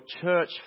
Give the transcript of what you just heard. church